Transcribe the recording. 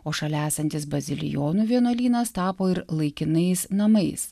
o šalia esantis bazilijonų vienuolynas tapo ir laikinais namais